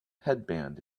headband